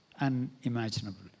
unimaginable